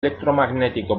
elektromagnetiko